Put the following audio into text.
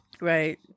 Right